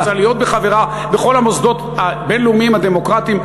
שרוצה להיות חברה בכל המוסדות הבין-לאומיים הדמוקרטיים,